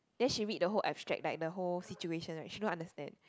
then she read the whole abstract like the whole situation right she don't understand